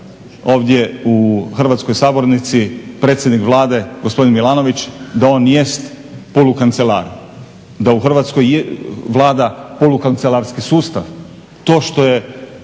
ovdje u hrvatskoj sabornici predsjednik Vlade gospodin Milanović, da on jest polukancelar, da u Hrvatskoj vlada polukancelarski sustav. To što je